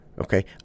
Okay